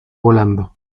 volando